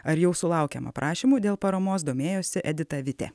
ar jau sulaukiama prašymų dėl paramos domėjosi edita vitė